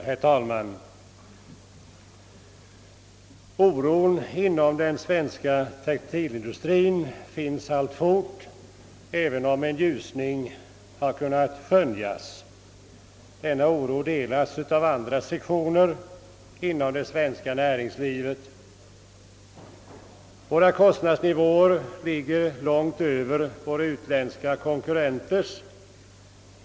Herr talman! Oron inom den svenska textilindustrien finns alltfort, även om en viss ljusning kunnat skönjas. Oron delas av andra sektioner inom det svenska näringslivet. Våra kostnadsnivåer ligger långt över våra utländska konkurrenters.